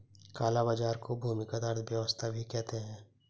काला बाजार को भूमिगत अर्थव्यवस्था भी कहते हैं